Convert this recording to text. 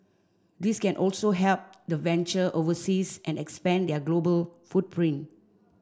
this can also help the venture overseas and expand their global footprint